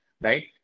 right